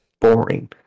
boring